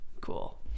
Cool